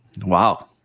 Wow